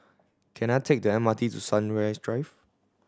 can I take the M R T to Sunrise Drive